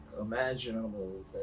imaginable